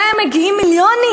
שמגיעים מיליונים.